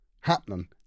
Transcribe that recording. happening